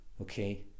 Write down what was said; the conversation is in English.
okay